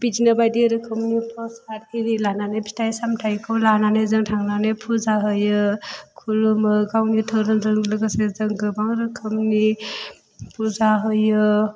बिदिनो बायदि रोखोमनि प्रसाद इरि लानानै फिथाइ सामथायखौ लानानै जों थांनानै फुजा होयो खुलुमो गावनि धोरोमजों लोगोसे जों गोबां रोखोमनि फुजा होयो